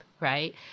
right